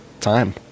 time